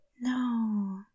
No